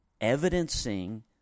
evidencing